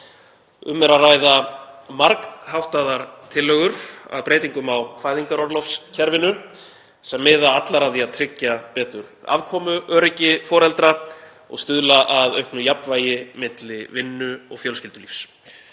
Um er að ræða margháttaðar tillögur að breytingum á fæðingarorlofskerfinu sem miða allar að því að tryggja betur afkomuöryggi foreldra og stuðla að auknu jafnvægi milli vinnu og fjölskyldulífs.